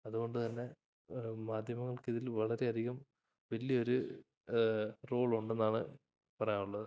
അതുകൊണ്ടുതന്നെ മാധ്യമങ്ങൾക്കിതിൽ വളരെയധികം വലിയൊരു റോളുണ്ടെന്നാണ് പറയാനുള്ളത്